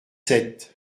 sept